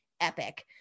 epic